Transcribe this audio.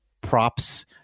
props